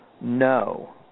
No